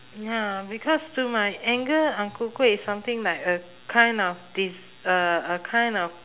ya because to my anger ang ku kueh is something like a kind of des~ uh a kind of